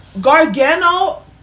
Gargano